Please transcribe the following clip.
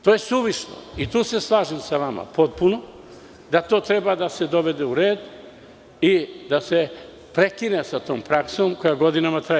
To je suvišno i tu se slažem sa vama potpuno, da to treba da se dovede u red i da se prekine sa tom praksom koja godinama traje.